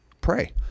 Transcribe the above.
pray